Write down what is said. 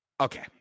Okay